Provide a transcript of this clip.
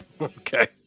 Okay